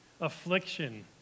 affliction